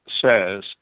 says